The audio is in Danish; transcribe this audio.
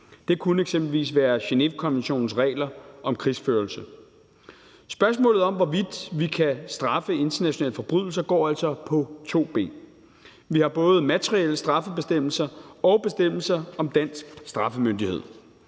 Det kunne eksempelvis være Genèvekonventionens regler om krigsførelse. Spørgsmålet om, hvorvidt vi kan straffe internationale forbrydelser, går altså på to ben. Vi har både materielle straffebestemmelser og bestemmelser om dansk straffemyndighed.